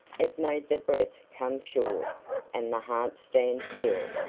it made the breath come short and the heart stand still.